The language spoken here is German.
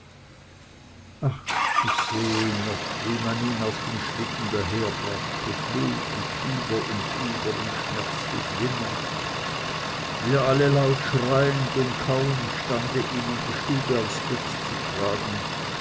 ich sehe ihn noch wie man ihn auf dem schlitten daherbrachte blutig über und über und schmerzlich wimmernd wir alle laut schreiend und kaum imstande ihn in die stube aufs bett zu tragen